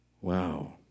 Wow